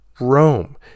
Rome